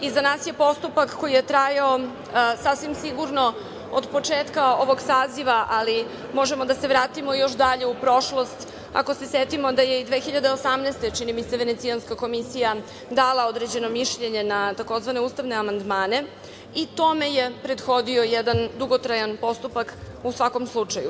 Iza nas je postupak koji je trajao sasvim sigurno od početka ovog saziva, ali možemo da se vratimo još dalje u prošlost, ako se setimo da je i 2018. godine, čini mi se, Venecijanska komisija dala određeno mišljenje na tzv. ustavne amandmane i tome je prethodio jedan dugotrajan postupak u svakom slučaju.